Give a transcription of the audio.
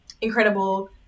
incredible